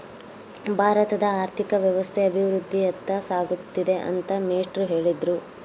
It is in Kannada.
ಭಾರತದ ಆರ್ಥಿಕ ವ್ಯವಸ್ಥೆ ಅಭಿವೃದ್ಧಿಯತ್ತ ಸಾಗುತ್ತಿದೆ ಅಂತ ಮೇಷ್ಟ್ರು ಹೇಳಿದ್ರು